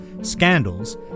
scandals